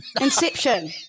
Inception